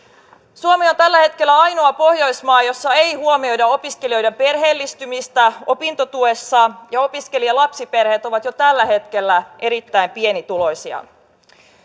on tällä hetkellä ainoa pohjoismaa jossa ei huomioida opiskelijoiden perheellistymistä opintotuessa ja opiskelijalapsiperheet ovat jo tällä hetkellä erittäin pienituloisia